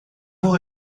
vroeg